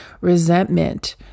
resentment